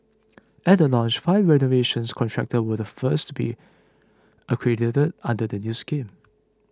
at the launch five renovation contractors were the first to be accredited under the new scheme